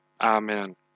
Amen